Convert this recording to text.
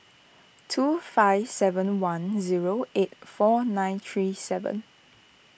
two five seven one zero eight four nine three seven